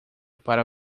para